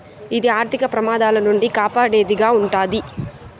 ఇది ఆర్థిక ప్రమాదాల నుండి కాపాడేది గా ఉంటది